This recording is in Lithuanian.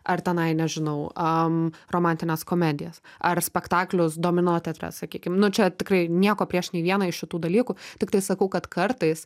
ar tenai nežinau a romantines komedijas ar spektaklius domino teatre sakykim nu čia tikrai nieko prieš nei vieną iš šitų dalykų tiktai sakau kad kartais